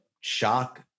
shock